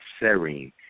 serine